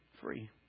free